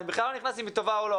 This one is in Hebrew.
ואני בכלל לא נכנס אם היא טובה או לא.